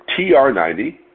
TR90